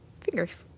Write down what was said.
Fingers